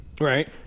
Right